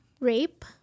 rape